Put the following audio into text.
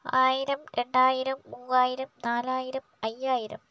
ആയിരം രണ്ടായിരം മൂവായിരം നാലായിരം അയ്യായിരം